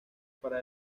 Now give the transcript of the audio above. para